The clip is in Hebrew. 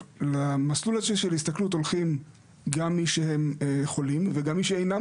למסלול הזה של הסתכלות הולכים גם מי שהם חולים וגם מי שאינם